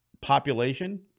population